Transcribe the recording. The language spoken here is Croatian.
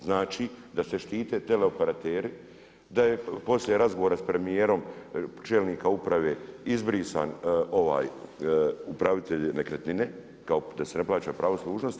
Znači da se štite teleoperateri, da je poslije razgovora s premijerom čelnika uprave izbrisan ovaj upravitelj nekretnine kao da se ne plaća pravo služnosti.